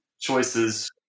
choices